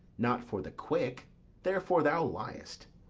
not for the quick therefore thou liest.